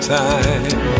time